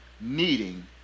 needing